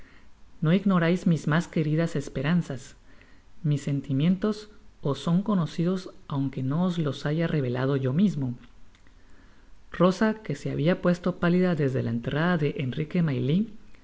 no ignorais mis mas queridas esperanzas mis sentimientos os son conocidos aun que no os los haya revelado yo mismo rosa que se habia puesto pálida desde la entrada de enrique maylie